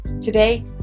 Today